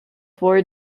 four